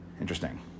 Interesting